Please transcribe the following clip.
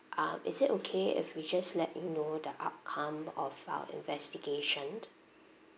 um is it okay if we just let you know the outcome of our investigation